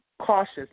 cautious